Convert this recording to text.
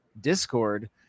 discord